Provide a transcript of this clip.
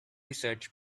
search